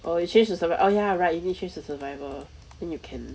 oh you change to survival oh ya right you need change to survival then you can